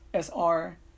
SR